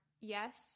yes